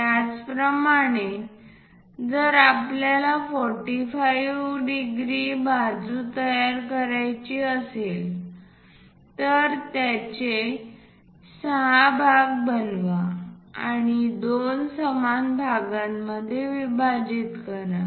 त्याचप्रमाणे जर आपल्याला 45° बाजू तयार करायची असेल तर त्याचे 6 भाग बनवा आणि दोन समान भागांमध्ये विभाजित करा